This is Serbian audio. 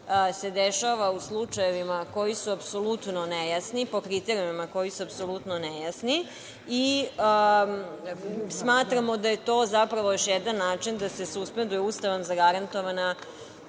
se dešava u slučajevima koji su apsolutno nejasni, po kriterijumima koji su apsolutno nejasni i smatramo da je to zapravo još jedan način da se suspenduje Ustavom zagarantovana